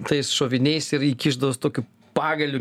tais šoviniais ir įkišdavo su tokiu pagaliu